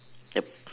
yup